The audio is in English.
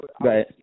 Right